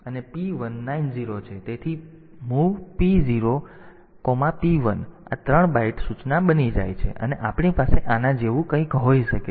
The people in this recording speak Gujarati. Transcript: તેથી MOV P0P1 તેથી આ 3 બાઈટ સૂચના બની જાય છે અને આપણી પાસે આના જેવું કંઈક હોઈ શકે છે